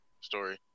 Story